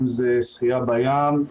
אם זה שחייה בים.